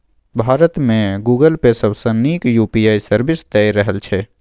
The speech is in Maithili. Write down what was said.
भारत मे गुगल पे सबसँ नीक यु.पी.आइ सर्विस दए रहल छै